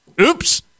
Oops